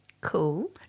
Cool